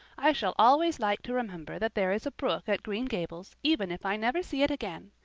i shall always like to remember that there is a brook at green gables even if i never see it again.